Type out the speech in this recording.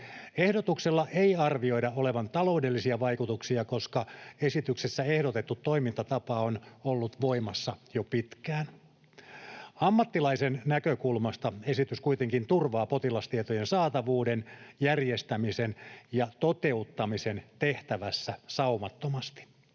Ehdotuksella ei arvioida olevan taloudellisia vaikutuksia, koska esityksessä ehdotettu toimintatapa on ollut voimassa jo pitkään. Ammattilaisen näkökulmasta esitys kuitenkin turvaa potilastietojen saatavuuden, järjestämisen ja toteuttamisen tehtävässä saumattomasti.